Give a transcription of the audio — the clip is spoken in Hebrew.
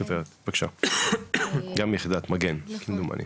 גם מיחידת מגן, בבקשה.